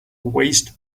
waste